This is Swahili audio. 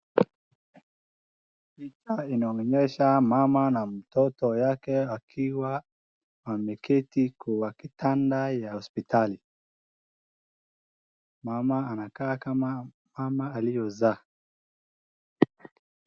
Picha inaonyesha mama na mtoto wake akiwa ameketi kwa kitanda ya hospitali. Mama anakaa kama mama aliyozaa.